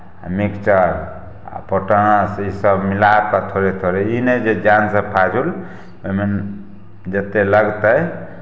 आ मिक्सचर आ पोटाश ईसभ मिला कऽ थोड़े थोड़े ई नहि जे जानसँ फाजुल ओहिमे जतेक लगतै